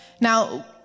Now